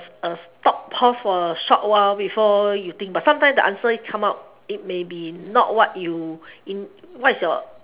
a stop pause for a short while before you think but sometimes the answer come out it may be not what you in what's your